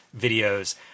videos